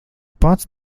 pats